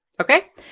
Okay